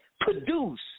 produce